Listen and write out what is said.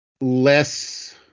less